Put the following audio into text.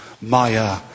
Maya